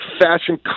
fashion